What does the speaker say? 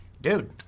Dude